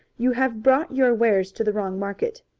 you have brought your wares to the wrong market.